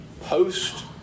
post